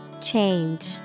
Change